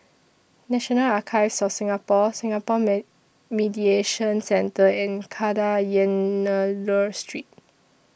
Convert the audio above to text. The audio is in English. National Archives of Singapore Singapore May Mediation Centre and Kadayanallur Street